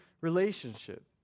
relationship